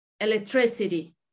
electricity